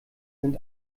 sind